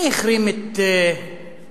מי החרים את טורקיה